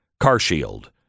CarShield